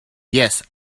yes